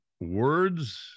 words